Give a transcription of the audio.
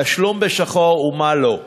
תשלום בשחור ומה לא.